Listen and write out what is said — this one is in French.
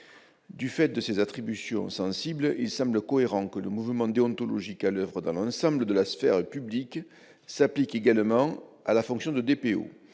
Du fait de ces attributions sensibles, il semble cohérent que le mouvement déontologique à l'oeuvre dans l'ensemble de la sphère publique s'applique également à la fonction de DPO.